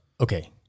okay